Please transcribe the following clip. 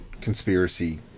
conspiracy